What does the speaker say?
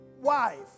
wife